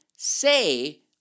Say